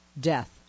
death